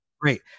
great